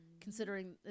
considering